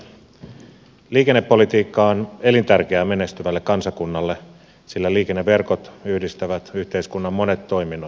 liikennepolitiikka on elintärkeää menestyvälle kansakunnalle sillä liikenneverkot yhdistävät yhteiskunnan monet toiminnot toisiinsa